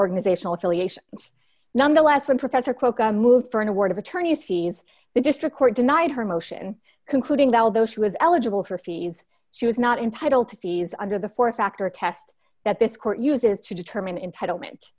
organizational affiliations nonetheless when professor quokka moved for an award of attorney's fees the district court denied her motion concluding that although she was eligible for fees she was not entitled to fees under the four dollars factor a test that this court uses to determine entitlement